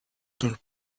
turned